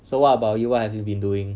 so what about you what have you been doing